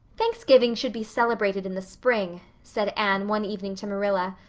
thanksgiving should be celebrated in the spring, said anne one evening to marilla,